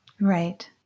Right